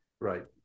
Right